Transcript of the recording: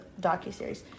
docuseries